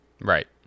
Right